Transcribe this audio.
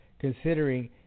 considering